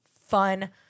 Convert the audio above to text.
fun